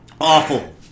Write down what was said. awful